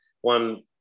one